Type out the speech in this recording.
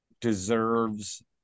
deserves